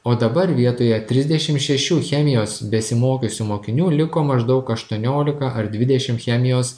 o dabar vietoje trisdešim šešių chemijos besimokiusių mokinių liko maždaug aštuoniolika ar dvidešim chemijos